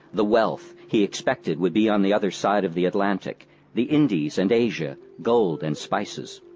the wealth, he expected would be on the other side of the atlantic the indies and asia, gold and spices.